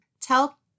Tell